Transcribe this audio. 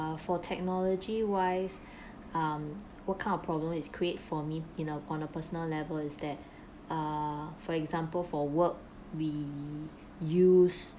for technology wise um what kind of problem is create for me you know on a personal level is that err for example for work we use